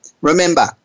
Remember